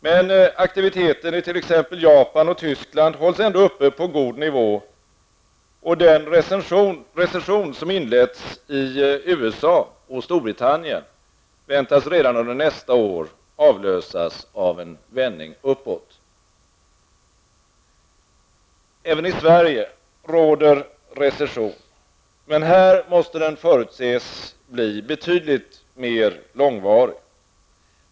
Men aktiviteten i t.ex. Japan och Tyskland hålls ändå uppe på god nivå, och den recession som inletts i USA och Storbritannien väntas redan under nästa år avlösas av en vändning uppåt. Även i Sverige råder recession, men här måste den förutses bli betydligt mer långvarig.